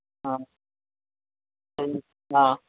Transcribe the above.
ஆ சரிண்ணா